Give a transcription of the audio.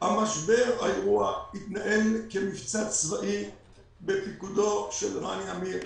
משבר האירוע התנהל כמבצע צבאי בפיקודו של רני עמיר.